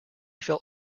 felt